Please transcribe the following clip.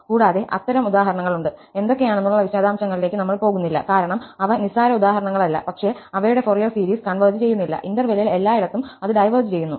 കൂടാതെ അത്തരം ഉദാഹരണങ്ങളുണ്ട് എന്തൊക്കെയാണെന്നുള്ള വിശദാംശങ്ങളിലേക്ക് നമ്മൾ പോകുന്നില്ല കാരണം അവ നിസ്സാര ഉദാഹരണങ്ങളല്ല പക്ഷേ അവയുടെ ഫോറിയർ സീരീസ് കൺവെർജ് ചെയ്യുന്നില്ല ഇന്റെർവെല്ലിൽ എല്ലായിടത്തും അത് ഡൈവേർജ് ചെയ്യുന്നു